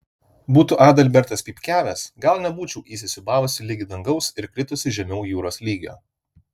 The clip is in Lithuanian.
būtų adalbertas pypkiavęs gal nebūčiau įsisiūbavusi ligi dangaus ir kritusi žemiau jūros lygio